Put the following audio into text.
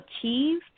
achieve